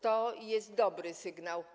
To jest dobry sygnał.